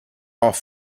off